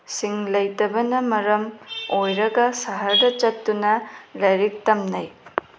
ꯁꯤꯡ ꯂꯩꯇꯕꯅ ꯃꯔꯝ ꯑꯣꯏꯔꯒ ꯁꯍ꯭ꯔꯗ ꯆꯠꯇꯨꯅ ꯂꯥꯏꯔꯤꯛ ꯇꯝꯅꯩ